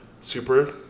Super